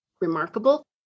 remarkable